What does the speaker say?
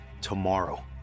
tomorrow